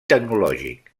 tecnològic